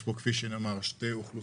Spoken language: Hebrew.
יש פה, כפי שנאמר, שתי אוכלוסיות